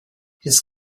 his